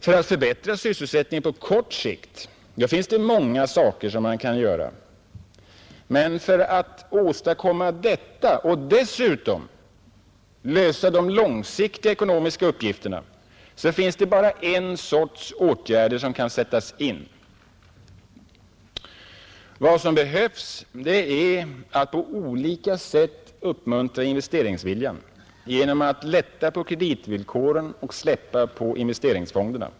För att förbättra sysselsättningen på kort sikt finns det många saker som man kan göra, men för att åstadkomma detta och dessutom lösa de långsiktiga ekonomiska uppgifterna finns det bara en sorts åtgärder som kan sättas in. Vad som behövs är att på olika sätt uppmuntra investeringsviljan genom att lätta på kreditvillkoren och släppa på investeringsfonderna.